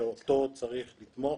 שאותו צריך לתמוך,